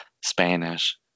Spanish